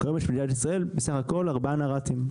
בכל שטח מדינת ישראל יש בסך הכול ארבעה נר"תים.